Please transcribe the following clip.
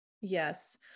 Yes